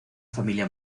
familia